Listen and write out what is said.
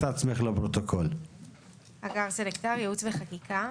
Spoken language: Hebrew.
ייעוץ וחקיקה.